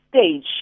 stage